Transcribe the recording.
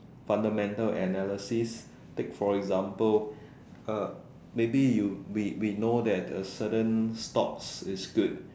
fundamental analysis take for example uh maybe you we we know that a certain stocks is good